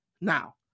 Now